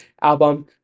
album